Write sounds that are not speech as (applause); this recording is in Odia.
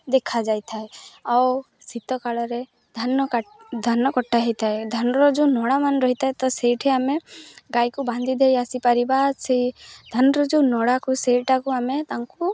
ଦେଖାଯାଇଥାଏ ଆଉ ଶୀତ କାଳରେ ଧାନ (unintelligible) ଧାନ କଟା ହେଇଥାଏ ଧାନର ଯେଉଁ ନଡ଼ାମାନ ରହିଥାଏ ତ ସେଇଠି ଆମେ ଗାଈକୁ ବାନ୍ଧି ଦେଇ ଆସିପାରିବା ସେଇ ଧାନର ଯେଉଁ ନଡ଼ାକୁ ସେଇଟାକୁ ଆମେ ତାଙ୍କୁ